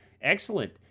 Excellent